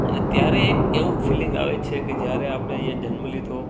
અને ત્યારે એક એવું ફિલિંગ આવે છે કે જ્યારે આપણે અહીંયાં જન્મ લીધો